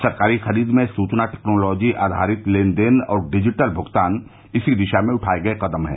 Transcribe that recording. सरकारी खरीद में सूचना टेक्नॉलोजी आधारित लेन देन और डिजिटल भुगतान इसी दिशा में उठाए गए कदम हैं